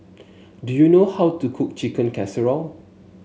do you know how to cook Chicken Casserole